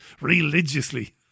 religiously